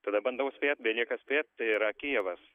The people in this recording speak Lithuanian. tada bandau spėt belieka spėt tai yra kijevas